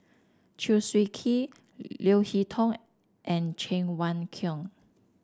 Chew Swee Kee Leo Hee Tong and Cheng Wai Keung